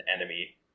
Enemy